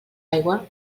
aigua